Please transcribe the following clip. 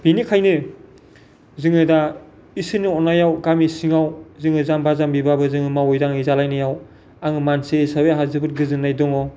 बेनिखायनो जोङो दा इसोरनि अननायाव गामि सिङाव जोङो जाम्बा जाम्बिबाबो जोङो मावै दाङै जालांनायाव आङो मानसि हिसाबै आंहा जोबोद गोजोननाय दङ